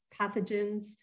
pathogens